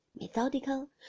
Methodical